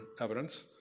evidence